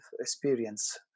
experience